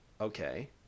okay